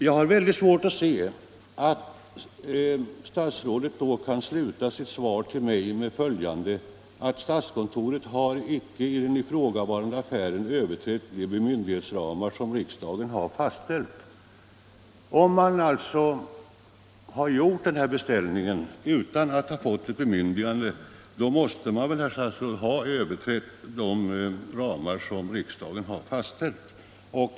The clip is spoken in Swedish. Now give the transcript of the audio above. Jag har mycket svårt att förstå att statsrådet då kan sluta sitt svar till mig med följande: ”Statskontoret har i den ifrågavarande affären inte överträtt de bemyndiganderamar som riksdagen har fastställt.” Om man har gjort den här beställningen utan att få ett bemyndigande måste man väl, herr statsråd, ha överträtt de ramar riksdagen fastställt.